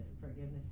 Forgiveness